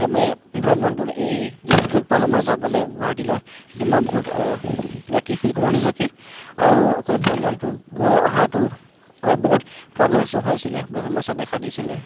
আৰু মই ভ্ৰমণটোত এই যি সুযোগ পালোঁ মই যাবলৈ গুৱাহাটীলৈ এইটো মই বহুত লাকী ফিল কৰোঁ নিজকে আৰু অকল ভ্ৰমণটো গৈ অহাটো হয় বহুত প্ৰব্লেমছো হৈছিলে সমস্যাই দেখা দিছিলে